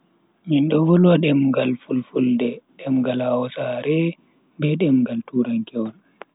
Mindo volwa demngal fulfulde, demngal hausaare, be demngal turankewol.